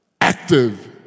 active